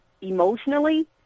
emotionally